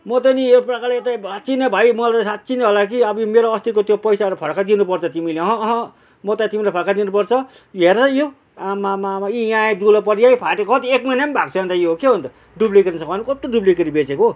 म त नि यो प्रकारले त भा साच्ची नै भाइ मलाई त साँच्ची नै होला कि अब यो मेरो अस्तीको त्यो पैसाहरू फर्काइदिनु पर्छ तिमीले अहँ अहँ म त तिमीले फर्काइदिनु पर्छ हेर त यो आम्मामामा यी यहीँ दुलो पऱ्यो यहीँ फाट्यो कति एक महिना पनि भएको छैन त यो के हो अन्त डुप्लिकेट सामान कस्तो डुप्लिकेट बेचेको